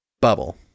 Bubble